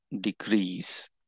decrease